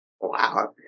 Wow